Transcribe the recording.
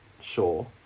sure